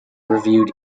reviewed